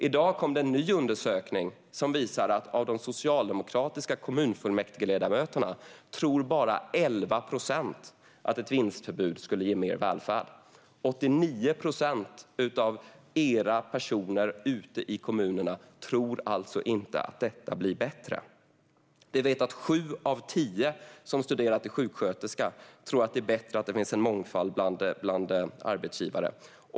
I dag kom det en ny undersökning, som visar att av de socialdemokratiska kommunfullmäktigeledamöterna tror bara 11 procent att ett vinstförbud skulle ge mer välfärd. 89 procent av era personer ute i kommunerna tror alltså inte att detta blir bättre. Vi vet att sju av tio som studerar till sjuksköterska tror att det är bättre att det finns en mångfald bland arbetsgivarna.